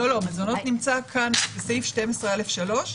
לא, לא, מזונות נמצא כאן בסעיף (א)(3).